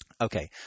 Okay